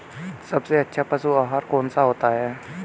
सबसे अच्छा पशु आहार कौन सा होता है?